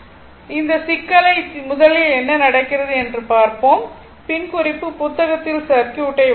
இந்த சிக்கலை முதலில் என்ன நடக்கிறது என்று பார்த்த பின் குறிப்பு புத்தகத்தில் சர்க்யூட் ஐ வரைவோம்